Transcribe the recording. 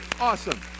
Awesome